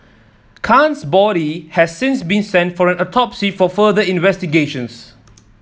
Khan's body has since been sent for an autopsy for further investigations